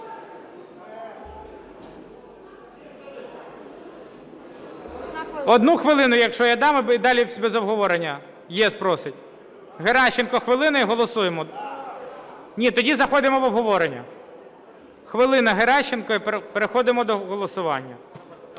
Одну хвилину, якщо я дам, і далі без обговорення, "ЄС" просить. Геращенко – хвилина, і голосуємо. Ні, тоді заходимо в обговорення. Хвилина – Геращенко, і переходимо до голосування.